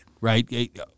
Right